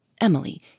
Emily